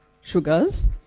sugars